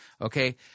okay